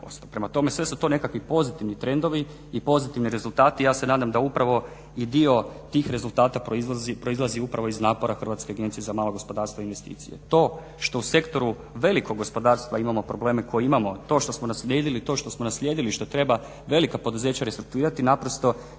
Prema tome, sve su to nekakvi pozitivni trendovi i pozitivni rezultati. I ja se nadam da upravo i dio tih rezultata proizlazi upravo iz napora Hrvatske agencije za malo gospodarstvo i investicije. To što u sektoru velikog gospodarstva imamo probleme koje imamo, to što smo naslijedili, to što smo naslijedili što treba velika poduzeća restrukturirati naprosto nije